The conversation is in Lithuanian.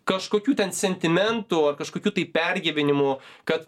kažkokių ten sentimentų ar kažkokių tai pergyvenimų kad